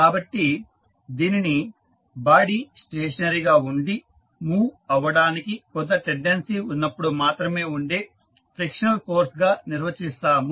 కాబట్టి దీనిని body stationary గా ఉండి మూవ్ అవ్వడానికి కొంత టెండెన్సీ ఉన్నపుడు మాత్రమే ఉండే ఫ్రిక్షనల్ ఫోర్స్ గా నిర్వచిస్తాము